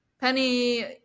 Penny